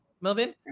Melvin